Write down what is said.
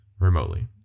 Remotely